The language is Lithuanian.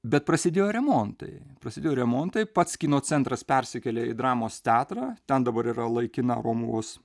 bet prasidėjo remontai prasidėjo remontai pats kino centras persikėlė į dramos teatrą ten dabar yra laikina romuvos